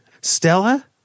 Stella